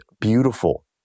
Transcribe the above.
beautiful